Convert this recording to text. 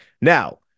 Now